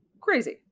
Crazy